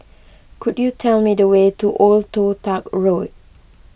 could you tell me the way to Old Toh Tuck Road